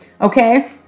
Okay